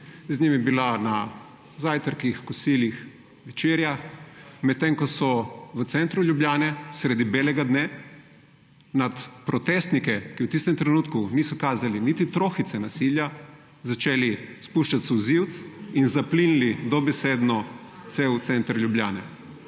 z njimi je bila na zajtrkih, kosilih, večerjah, medtem ko so v centru Ljubljane sredi belega dne nad protestnike, ki v tistem trenutku niso kazali niti trohice nasilja, začeli spuščati solzivec in zaplinili dobesedno ves center Ljubljane.